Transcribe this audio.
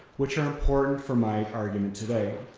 which are important for my argument today.